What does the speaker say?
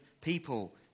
people